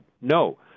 no